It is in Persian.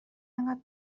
اینقدر